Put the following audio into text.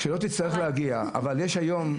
שלא תצטרך להגיע, אבל יש היום,